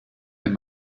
wenn